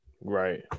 Right